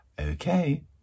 Okay